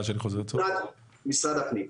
משרד הפנים.